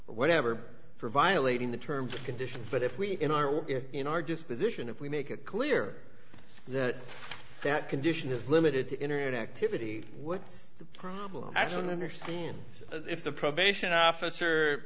whatever for violating the terms and conditions but if we in our in our disposition if we make it clear that that condition is limited to internet activity what's the problem actually understand if the probation officer